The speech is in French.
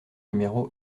numéro